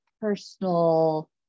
personal